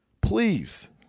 please